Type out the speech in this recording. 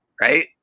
right